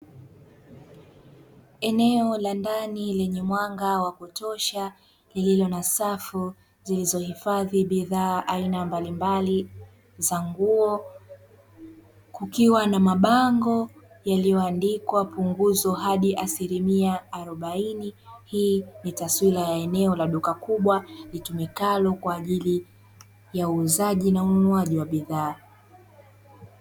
Eneo la ndani lenye mwanga wa kutosha lililo na safu zilizohifadhi bidhaa aina mbalimbali za nguo, kukiwa na mabango yaliyoandikwa punguzo hadi asilimia arobaini hii ni taswira ya eneo la duka kubwa litumikalo kwa ajili ya uuzaji na ununuaji wa bidhaa.